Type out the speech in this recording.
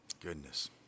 Goodness